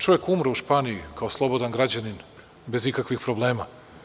Čovek umro u Španiji kao slobodan građanin, bez ikakvih problema.